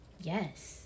Yes